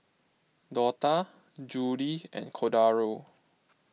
Dortha Judy and Cordaro